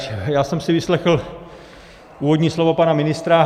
Já jsem si vyslechl úvodní slovo pana ministra.